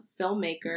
filmmaker